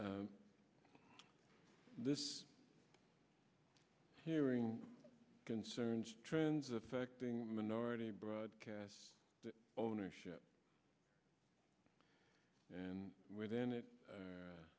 think this hearing concerns trends affecting minority broadcast ownership and within it